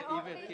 משילות.